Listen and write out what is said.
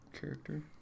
character